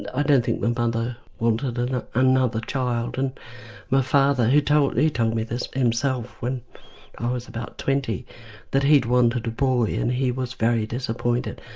and i don't think my mother wanted another child and my father he told he told me this himself when i was about twenty that he'd wanted a boy and he was very disappointed,